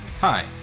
Hi